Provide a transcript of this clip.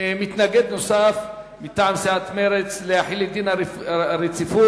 מתנגד נוסף מטעם סיעת מרצ להחיל את דין הרציפות,